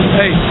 hey